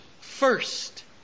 first